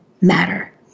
matter